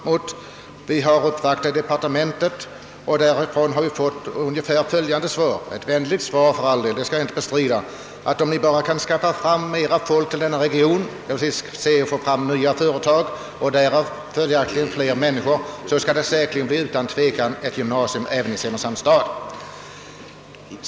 Vi har bl.a. uppvaktat departementet, och därifrån har vi fått ungefär följande, för all del mycket vänliga svar: Om ni bara kan skaffa mer folk till denna region genom att få dit nya företag, så blir det säkerligen ett gymnasium även i Simrishamn.